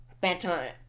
better